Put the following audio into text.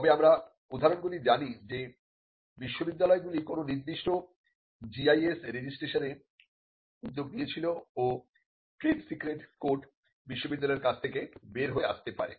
তবে আমরা উদাহরণগুলি জানি যে বিশ্ববিদ্যালয়গুলি কোন নির্দিষ্ট GIS রেজিস্ট্রেশনে উদ্যোগ নিয়েছিল ও ট্রেড সিক্রেট কোড বিশ্ববিদ্যালয়ের কাজ থেকে বের হয়ে আসতে পারে